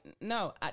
no